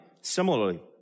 Similarly